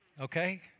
okay